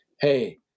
hey